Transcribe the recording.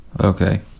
Okay